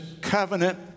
covenant